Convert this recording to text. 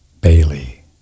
Bailey